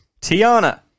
Tiana